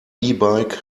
bike